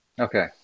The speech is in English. Okay